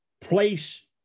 place